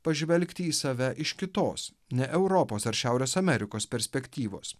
pažvelgti į save iš kitos ne europos ar šiaurės amerikos perspektyvos